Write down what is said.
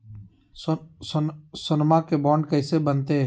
सोनमा के बॉन्ड कैसे बनते?